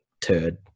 turd